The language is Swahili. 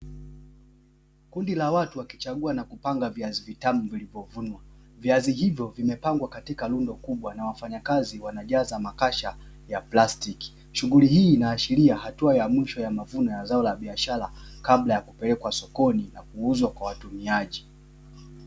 Kundi la watu wakichagua na kupanga viazi vitamu vilivyovunwa, viazi hivyo vimepangwa katika rundo kubwa na wafanyakazi wanajaza makasha ya plastiki. Shughuli hii inaashiria hatua ya mwisho ya mavuno ya zao la biashara kabla ya kupelekwa sokoni na kuuzwa kwa watumiaji.